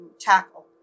tackle